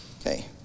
Okay